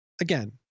again